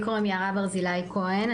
לי קוראים יערה ברזילאי כהן,